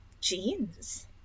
jeans